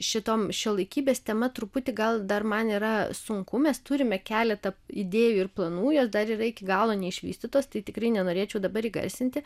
šitom šiuolaikybės tema truputį gal dar man yra sunku mes turime keletą idėjų ir planų jos dar yra iki galo neišvystytos tai tikrai nenorėčiau dabar įgarsinti